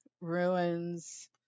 ruins